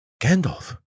Gandalf